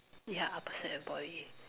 yeah upper sec and Poly